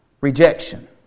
rejection